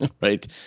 right